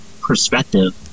perspective